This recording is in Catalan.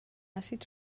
àcid